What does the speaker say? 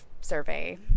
survey